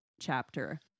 chapter